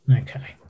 Okay